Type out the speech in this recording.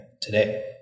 today